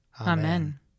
Amen